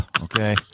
Okay